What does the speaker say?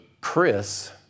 Chris